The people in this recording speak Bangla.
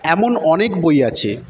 এমন অনেক বই আছে